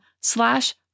slash